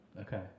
Okay